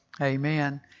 Amen